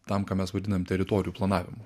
tam ką mes vadinam teritorijų planavimu